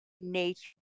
nature